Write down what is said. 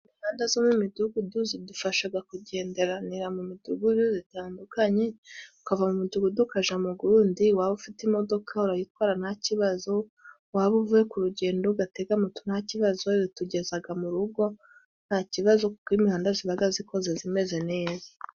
Imihanda zo mu midugudu, zidufashaga kugenderanira mu midugudu zitandukanye, ukava mu mudugudu ukaja mu gundi, waba ufite imodoka urayitwara nta kibazo, waba uveye ku rugendo, gatega moto nta kibazo, bazitugezaga mu rugo nta kibazo, kuko imihanda zibaga zikoze, zimeze neza.